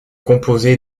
composée